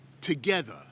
together